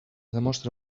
demostra